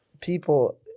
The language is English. people